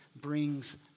brings